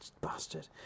bastard